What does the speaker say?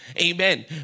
amen